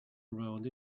around